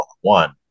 one